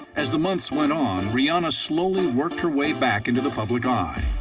as the months went on, rihanna slowly worked her way back into the public eye.